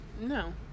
no